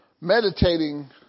meditating